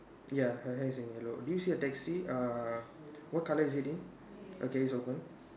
ya her hair is in yellow do you see a taxi uh what colour is it in okay it's open